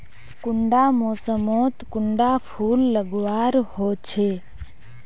कुंडा मोसमोत कुंडा फुल लगवार होछै?